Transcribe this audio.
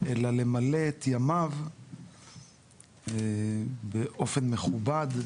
אלא למלא את ימיו באופן מכובד,